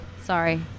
Sorry